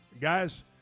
guys